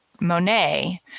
Monet